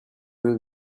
will